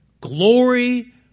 Glory